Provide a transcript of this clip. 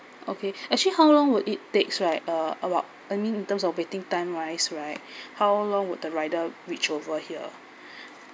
okay actually how long will it takes right uh about I mean in terms of waiting time wise right how long would the rider reached over here